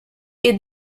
est